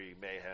Mayhem